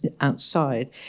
outside